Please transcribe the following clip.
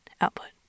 output